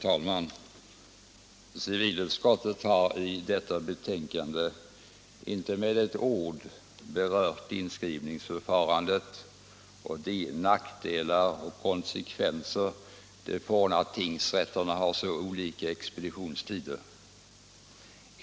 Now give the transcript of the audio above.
Herr talman! Civilutskottet har i detta betänkande inte med ett ord berört inskrivningsförfarandet och de nackdelar och konsekvenser det får att tingsrätterna har olika expeditionstider.